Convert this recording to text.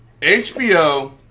HBO